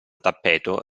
tappeto